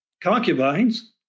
concubines